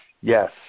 yes